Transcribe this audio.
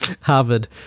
Harvard